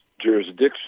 jurisdiction